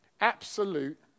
absolute